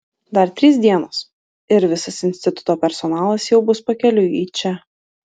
dar trys dienos ir visas instituto personalas jau bus pakeliui į čia